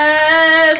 Yes